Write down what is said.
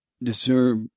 deserve